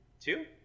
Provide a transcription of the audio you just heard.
Two